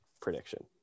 prediction